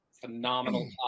phenomenal